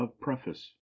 preface